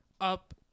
up